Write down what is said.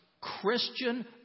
Christian